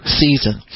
season